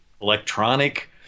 electronic